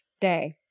day